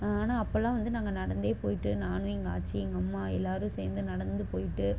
ஆனால் அப்பெல்லாம் வந்து நாங்கள் நடந்தே போய்விட்டு நான் எங்கள் ஆச்சி எங்கள் அம்மா எல்லாேரும் சேர்ந்து நடந்து போய்விட்டு